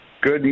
Good